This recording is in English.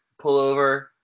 pullover